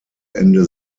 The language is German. ende